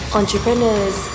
entrepreneurs